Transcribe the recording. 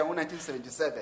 1977